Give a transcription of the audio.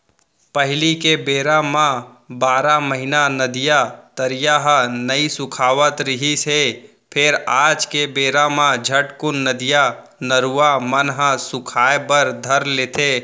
पहिली के बेरा म बारह महिना नदिया, तरिया ह नइ सुखावत रिहिस हे फेर आज के बेरा म झटकून नदिया, नरूवा मन ह सुखाय बर धर लेथे